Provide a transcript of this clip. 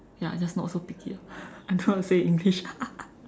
ya just not so picky ah I don't know how to say in English